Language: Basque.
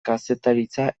kazetaritza